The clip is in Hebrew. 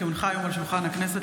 כי הונחה היום על שולחן הכנסת,